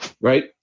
Right